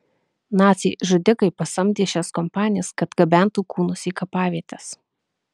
naciai žudikai pasamdė šias kompanijas kad gabentų kūnus į kapavietes